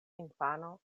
infano